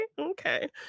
Okay